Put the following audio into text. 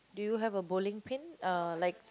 do you have a bowling pin uh like